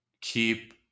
keep